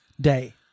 Day